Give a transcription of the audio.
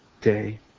day